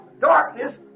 darkness